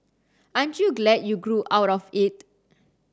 aren't you glad you grew out of it